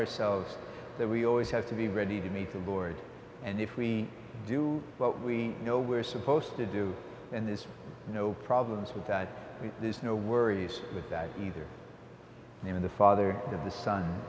ourselves that we always have to be ready to meet the board and if we do what we know we're supposed to do and there's no problems with that there's no worries with that either the father of the s